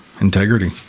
Integrity